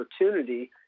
opportunity